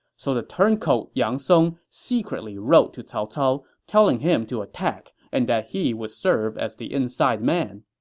so the turncoat yang song secretly wrote to cao cao, telling him to attack, and that he would serve as the inside man